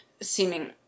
seeming